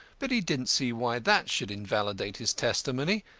but he didn't see why that should invalidate his testimony,